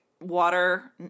water